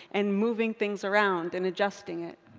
and moving things around. and adjusting it.